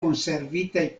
konservitaj